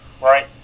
Right